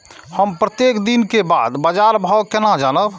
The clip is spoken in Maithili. हम प्रत्येक दिन के बाद बाजार भाव केना जानब?